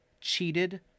cheated